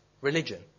religion